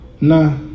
Nah